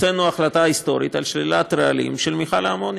הוצאנו החלטה היסטורית על שלילת הרעלים של מכל האמוניה.